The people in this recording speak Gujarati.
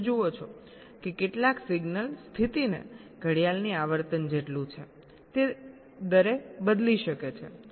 તમે જુઓ છો કે કેટલાક સિગ્નલ સ્થિતિને ઘડિયાળની આવર્તન જેટલું છે તે દરે બદલી શકે છે